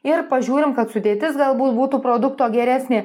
ir pažiūrim kad sudėtis galbūt būtų produkto geresnė